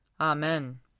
Amen